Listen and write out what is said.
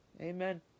Amen